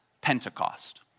Pentecost